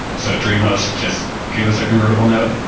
so dreamhost just gave us a convertible note,